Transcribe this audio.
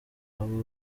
abo